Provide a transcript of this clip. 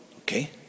Okay